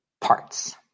parts